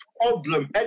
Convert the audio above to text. Problem